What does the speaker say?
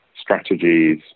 strategies